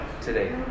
today